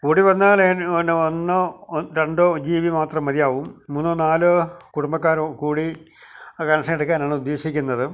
കൂടി വന്നാൽ അതിന് പിന്നെ ഒന്നോ രണ്ടോ ജിബി മാത്രം മതിയാവും മൂന്നോ നാലോ കുടുംബക്കാർ കൂടി ആ കണക്ഷൻ എടുക്കാനാണ് ഉദ്ദേശിക്കുന്നത്